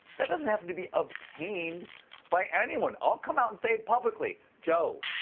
that doesn't have to be obtained by anyone. i'll come out and say it publicly joe,